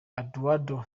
eduardo